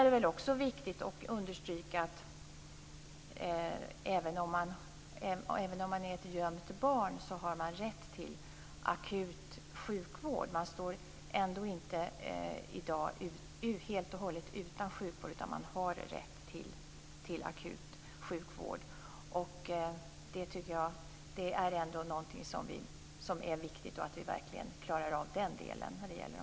Det är också viktigt att understryka att även ett gömt barn har rätt till akut sjukvård. Man står i dag inte helt och hållet utan sjukvård, utan man har som sagt rätt till akut sjukvård. Det är viktigt att vi verkligen klarar av den delen.